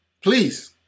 Please